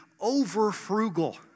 over-frugal